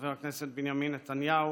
חבר הכנסת בנימין נתניהו,